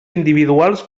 individuals